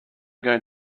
going